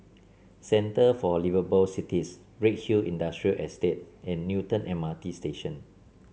centre for Liveable Cities Redhill Industrial Estate and Newton M R T Station